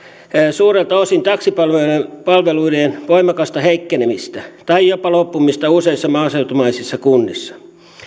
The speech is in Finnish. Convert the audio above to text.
suurelta osin taksipalveluiden voimakasta heikkenemistä tai jopa loppumista useissa maaseutumaisissa kunnissa